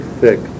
thick